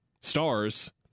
stars